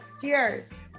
Cheers